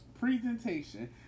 Presentation